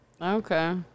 Okay